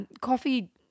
coffee